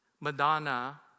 Madonna